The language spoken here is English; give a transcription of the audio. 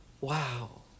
Wow